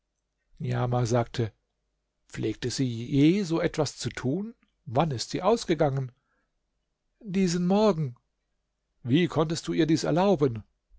niamah sagte pflegte sie je so etwas zu tun wann ist sie ausgegangen diesen morgen wie konntest du ihr dies erlauben